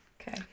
Okay